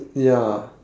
ya